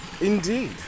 indeed